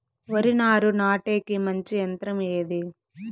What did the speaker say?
వరి నారు నాటేకి మంచి యంత్రం ఏది?